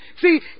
See